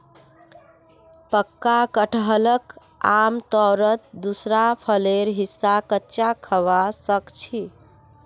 पक्का कटहलक आमतौरत दूसरा फलेर हिस्सा कच्चा खबा सख छि